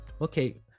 Okay